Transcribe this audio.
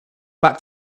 back